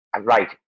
Right